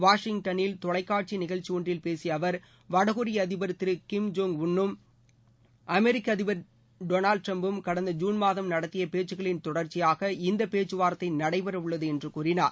வாஷிங்டனில் தொலைக்காட்சி நிகழ்ச்சி ஒன்றில் பேசிய அவர் வடகொரிய அதிபர் திரு கிம் ஜோங் உன் னும் அமெரிக்க அதிபர் டொனால்டு டிரம்பும் கடந்த ஜூன் மாதம் நடத்திய பேச்சுக்களின் தொடர்ச்சியாக இந்த பேச்சுவார்த்தை நடைபெறவுள்ளது என்று கூறினார்